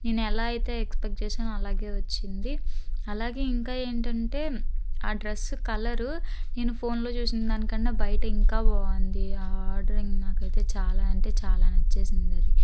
నేను ఎలా అయితే ఎక్స్పెక్ట్ చేసానో అలాగే వచ్చింది అలాగే ఇంకా ఏంటంటే ఆ డ్రెస్ కలరు నేను ఫోన్లో చూసిన దాని కన్నా బయట ఇంకా బాగుంది ఆ ఆర్డర్ నాకైతే చాలా అంటే చాలా నచ్చేసింది అది